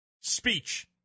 speech